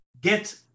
get